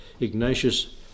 Ignatius